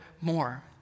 more